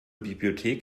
bibliothek